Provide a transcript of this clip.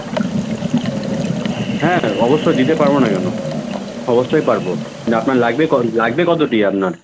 হ্যাঁ অবশ্যই দিতে পারবো না কেনো অবশ্যই পারবো কিন্তু আপনার লাগবে লাগবে কতোটি আপনার